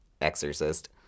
exorcist